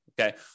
Okay